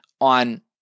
on